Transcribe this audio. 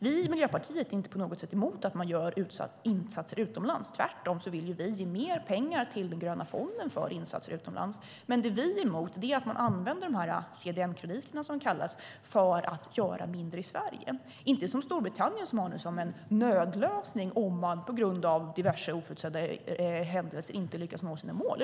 Vi i Miljöpartiet är inte på något sätt emot att man gör insatser utomlands - tvärtom vill vi ge mer pengar till den gröna fonden för insatser utomlands. Men det vi är emot är att man använder CDM-krediterna, som de kallas, för att göra mindre i Sverige - inte som Storbritannien, som har det som en nödlösning om man på grund av diverse oförutsedda händelser inte lyckas nå sina mål.